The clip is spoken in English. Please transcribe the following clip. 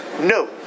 no